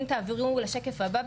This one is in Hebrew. אם תעברו בבקשה לשקף הבא,